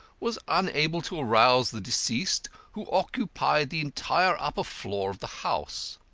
was unable to arouse the deceased, who occupied the entire upper floor of the house.